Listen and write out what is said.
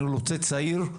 אני רוצה שהצעירים